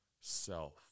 self